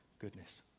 goodness